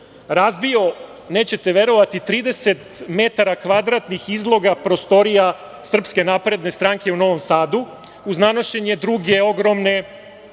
razbio, nećete verovati 30 metara kvadratnih izloga prostorija SNS u Novom Sadu, uz nanošenje druge ogromne